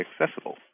accessible